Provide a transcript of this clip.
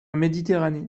méditerranée